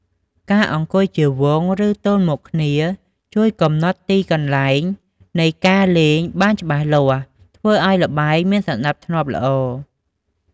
ការអង្គុយជាវង់ ឬទល់មុខគ្នាជួយកំណត់ទីកន្លែងនៃការលេងបានច្បាស់លាស់ ធ្វើឱ្យល្បែងមានសណ្ដាប់ធ្នាប់ល្អ។